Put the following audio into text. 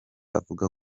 avuga